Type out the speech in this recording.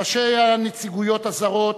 ראשי הנציגויות הזרות,